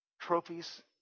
Trophies